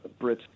Brits